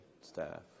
staff